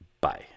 Bye